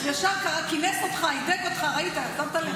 ישר כינס אותך, הידק אותך, ראית, שמת לב.